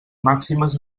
màximes